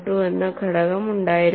12 എന്ന ഘടകം ഉണ്ടായിരുന്നു